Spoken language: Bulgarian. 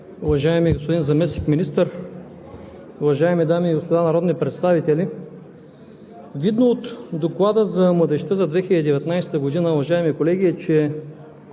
Уважаеми господин Заместник министър, уважаеми дами и господа народни представители! Видно от Доклада за младежта за 2019 г., уважаеми колеги, е,